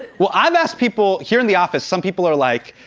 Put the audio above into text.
well i've asked people here in the office some people are like,